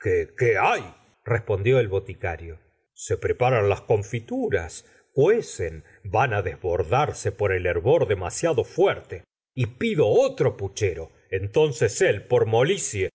qué hay respondióelboticario sepre paran las confituras cuecen van á desbordarse por el hervor demasiado fuerte y pido otro puchero entonces él por molicie